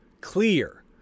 clear